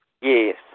Yes